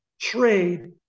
trade